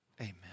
Amen